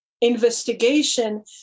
investigation